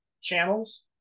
channels